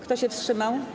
Kto się wstrzymał?